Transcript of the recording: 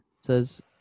says